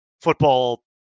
football